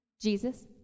Jesus